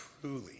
truly